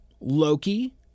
loki